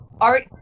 art